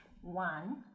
One